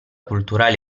culturali